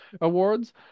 awards